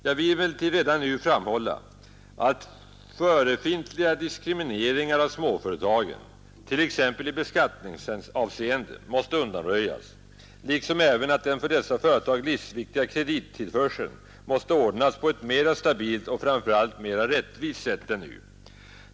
Jag vill emellertid redan nu framhålla att förefintliga diskrimineringar av småföretagen, t.ex. i beskattningsavseende, måste undanröjas liksom även att den för dessa företag livsviktiga kredittillförseln måste ordnas på ett mera stabilt och framför allt rättvist sätt än nu.